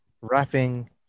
wrapping